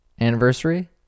anniversary